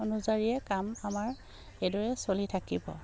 অনুযায়ীয়ে কাম আমাৰ এইদৰে চলি থাকিব